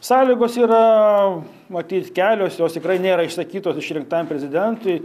sąlygos yra matyt kelios jos tikrai nėra išsakytos išrinktajam prezidentui